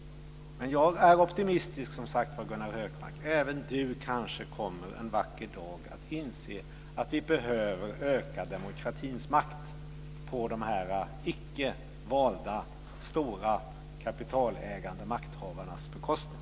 Jag är som sagt optimistisk. Även Gunnar Hökmark kommer kanske en vacker dag att inse att vi behöver öka demokratins makt på dessa icke valda stora kapitalägande makthavares bekostnad.